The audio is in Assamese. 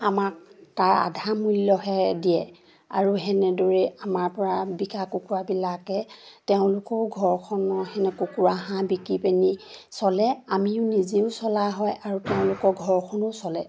আমাক তাৰ আধা মূল্যহে দিয়ে আৰু সেনেদৰে আমাৰপৰা বিকা কুকুৰাবিলাকে তেওঁলোকৰো ঘৰখনৰ সেনে কুকুৰা হাঁহ বিকি পেনি চলে আমিও নিজেও চলা হয় আৰু তেওঁলোকৰ ঘৰখনো চলে